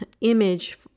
image